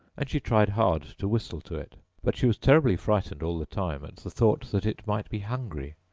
and she tried hard to whistle to it but she was terribly frightened all the time at the thought that it might be hungry,